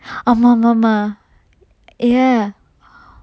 ஆமாமாமா:aamamama ya